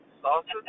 Sausage